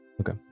Okay